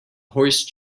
horse